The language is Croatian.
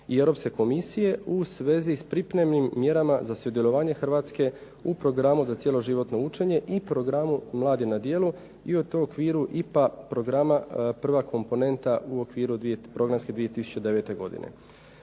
i Europske komisije u svezi s pripremnim mjerama za sudjelovanje Hrvatske u Programu za cjeloživotno učenje i Programu Mladi na djelu i u okviru IPA programa, prva komponenta, u okviru programske godine